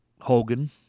Hogan